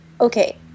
okay